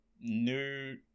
new